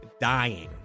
dying